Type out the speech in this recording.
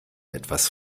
etwas